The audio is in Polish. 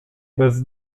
bez